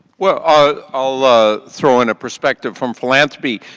well, ah i'll ah throw in a perspective from philanthropy.